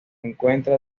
encuentra